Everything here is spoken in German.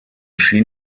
schien